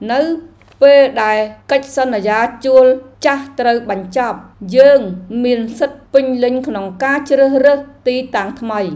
នៅពេលដែលកិច្ចសន្យាជួលចាស់ត្រូវបញ្ចប់ យើងមានសិទ្ធិពេញលេញក្នុងការជ្រើសរើសទីតាំងថ្មី។